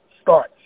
start